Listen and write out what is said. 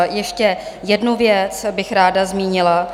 Ještě jednu věc bych ráda zmínila.